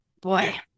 Boy